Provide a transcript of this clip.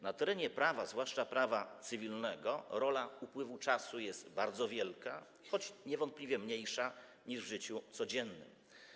Na terenie prawa, zwłaszcza prawa cywilnego, rola upływu czasu jest bardzo wielka, choć niewątpliwie mniejsza niż w życiu codziennym.